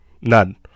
none